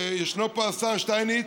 וישנו פה השר שטייניץ,